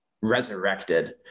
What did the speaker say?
resurrected